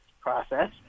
process